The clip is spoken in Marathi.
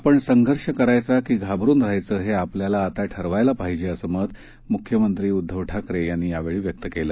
आपण संघर्ष करायचा की घाबरून राहायचं हे आपल्याला आता ठरवायला पाहिजे असं मत मुख्यमंत्री उद्दव ठाकरे यांनी यावेळी व्यक्त केलं